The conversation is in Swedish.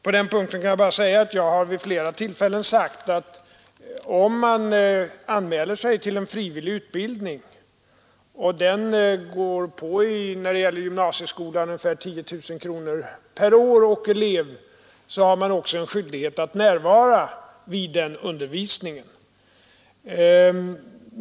På den punkten kan jag bara säga att jag vid flera tillfällen har sagt, att om man anmäler sig till en frivillig utbildning och den — som när det gäller gymnasieskolan — kostar ungefär 10 000 kronor per år och elev, har man också en skyldighet att närvara vid undervisningen.